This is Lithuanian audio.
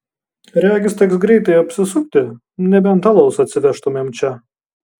regis teks greitai apsisukti nebent alaus atsivežtumėm čia